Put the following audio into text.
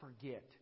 forget